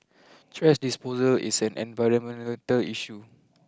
trash disposal is an environmental issue